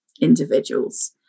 individuals